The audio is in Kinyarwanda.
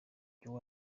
you